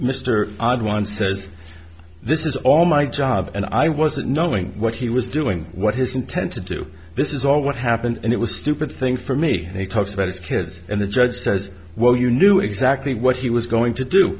mr odd one says this is all my job and i wasn't knowing what he was doing what his intent to do this is all what happened and it was a stupid thing for me and he talks about his kids and the judge says well you knew exactly what he was going to do